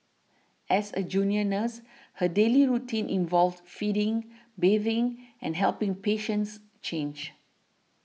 as a junior nurse her daily routine involved feeding bathing and helping patients change